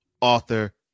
author